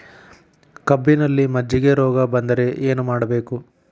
ಕಬ್ಬಿನಲ್ಲಿ ಮಜ್ಜಿಗೆ ರೋಗ ಬಂದರೆ ಏನು ಮಾಡಬೇಕು?